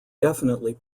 definitely